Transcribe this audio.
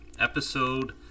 Episode